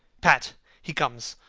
pat he comes,